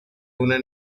una